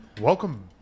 welcome